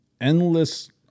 Endless